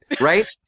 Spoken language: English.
right